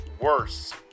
worse